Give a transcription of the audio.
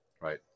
right